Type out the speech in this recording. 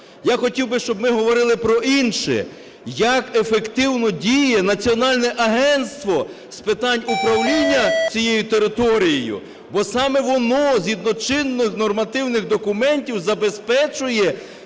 Я хотів би, щоб ми говорили про інше: як ефективно діє Національне агентство з питань управління цією територією, бо саме воно згідно чинних нормативних документів забезпечує